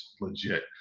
legit